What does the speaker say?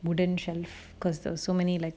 wooden shelf because there's so many like